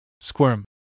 Squirm